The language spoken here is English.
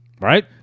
Right